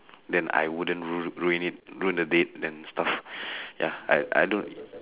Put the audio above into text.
then I wouldn't ru~ ruin it ruin a date and stuff ya I don't